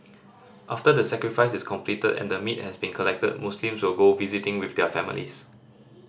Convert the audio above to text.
after the sacrifice is completed and the meat has been collected Muslims will go visiting with their families